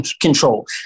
control